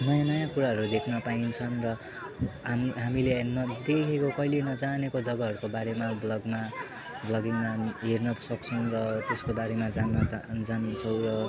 नयाँ नयाँ कुराहरू देख्न पाइन्छन् र हाम् हामीले नदेखेको कहिले नजानेको जग्गाहरूको बारेमा भ्लगमा भ्लगिङमा हामी हेर्न सक्छौँ र त्यसको बारेमा जान्न जान्छौँ र